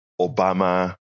Obama